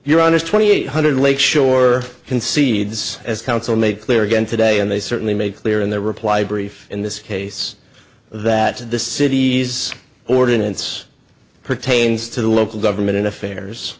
your honor twenty eight hundred lake shore concedes as counsel made clear again today and they certainly made clear in their reply brief in this case that the city's ordinance pertains to the local government in affairs